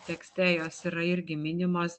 tekste jos yra irgi minimos